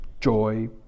joy